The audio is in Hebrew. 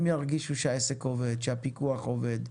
הם ירגישו שהעסק עובד, שהפיקוח עובד,